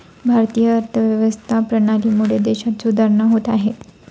भारतीय अर्थव्यवस्था प्रणालीमुळे देशात सुधारणा होत आहे